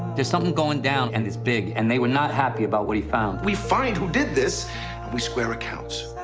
there's somethin' goin' down and it's big. and they were not happy about what he found. we find who did this and we square accounts.